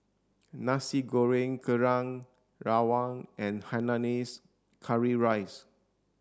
nasi goreng kerang rawon and hainanese curry rice